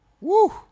Woo